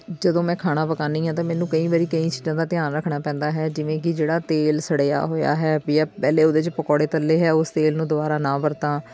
ਜਦੋਂ ਮੈਂ ਖਾਣਾ ਪਕਾਉਂਦੀ ਹਾਂ ਤਾਂ ਮੈਨੂੰ ਕਈ ਵਾਰੀ ਕਈ ਚੀਜ਼ਾਂ ਦਾ ਧਿਆਨ ਰੱਖਣਾ ਪੈਂਦਾ ਹੈ ਜਿਵੇਂ ਕਿ ਜਿਹੜਾ ਤੇਲ ਸੜਿਆ ਹੋਇਆ ਹੈ ਵੀ ਆ ਪਹਿਲੇ ਉਹਦੇ 'ਚ ਪਕੌੜੇ ਤਲੇ ਹੈ ਉਸ ਤੇਲ ਨੂੰ ਦੁਬਾਰਾ ਨਾ ਵਰਤਾਂ